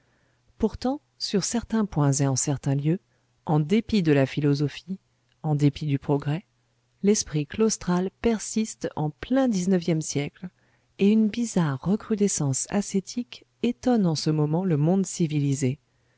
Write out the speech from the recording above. pourtant sur certains points et en certains lieux en dépit de la philosophie en dépit du progrès l'esprit claustral persiste en plein dix-neuvième siècle et une bizarre recrudescence ascétique étonne en ce moment le monde civilisé